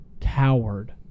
coward